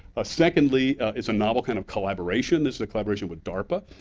ah secondly, is a novel kind of collaboration. this is a collaboration with darpa.